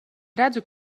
redzu